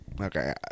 okay